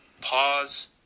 pause